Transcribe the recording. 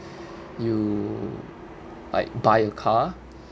you like buy a car